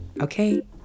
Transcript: Okay